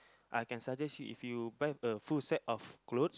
I can suggest you if you buy a full set of clothes